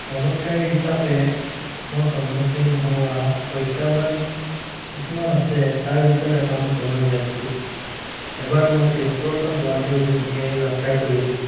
ভ্ৰমনকাৰী হিচাপে মই সন্মুখীন হোৱা প্ৰত্যাহ্বান কিছুমান আছে তাৰ ভিতৰত এটা মোৰ ক'বলৈ ওলাইছোঁ